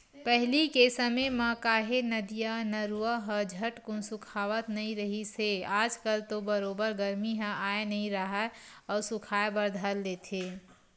पहिली के समे म काहे नदिया, नरूवा ह झटकून सुखावत नइ रिहिस हे आज कल तो बरोबर गरमी ह आय नइ राहय अउ सुखाय बर धर लेथे